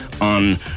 on